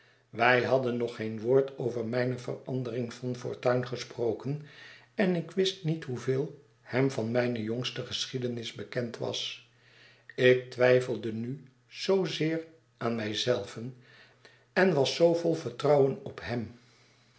wij hadden nog geenwoord over mijne verandering van fortuin gesproken en ik wist niet hoeveel hem van mijne jongste geschiedenis bekend was ik twijfelde nu zoo zeer aan mij zelven en was zoo vol vertrouwen op hem